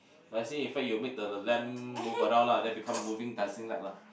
dancing effect you make the lamp move around lah then become moving dancing light lah